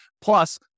Plus